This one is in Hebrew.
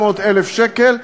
700,000 שקל,